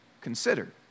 consider